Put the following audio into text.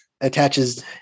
attaches